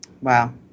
Wow